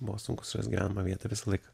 buvo sunku surast gyvenamą vietą visąlaik